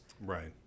Right